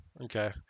Okay